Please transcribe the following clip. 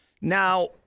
Now